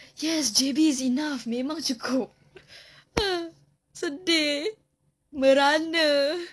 yes J_B is enough memang cukup uh sedih merana